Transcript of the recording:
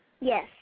Yes